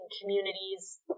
communities